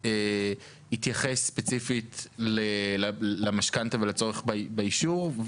התייחס ספציפית למשכנתה ולצורך ביישוב?